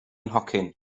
nhocyn